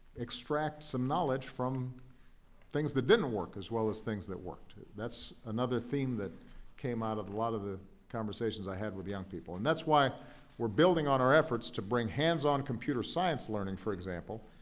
extract some knowledge from things that didn't work as well as things that worked. that's another theme that came out of a lot of the conversations i had with young people. and that's why we're building on our efforts to bring hands-on computer science learning, for example,